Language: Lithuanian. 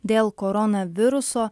dėl koronaviruso